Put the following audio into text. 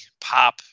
pop